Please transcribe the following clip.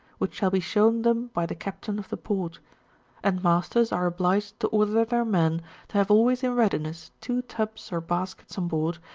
which shall be shown them by the captain of the port and masters are obliged to order their men to have always m readiness two tubs or baskets on board,